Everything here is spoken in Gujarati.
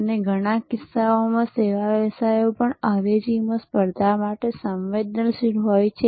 અને ઘણા કિસ્સાઓમાં સેવા વ્યવસાયો પણ અવેજીમાંથી સ્પર્ધા માટે સંવેદનશીલ હોય છે